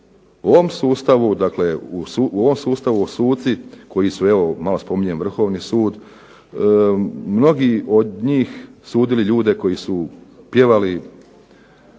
samo istaknuti dakle da su u ovom sustavu suci koji su malo spominjem Vrhovni sud, mnogi od njih sudili ljude koji su pjevali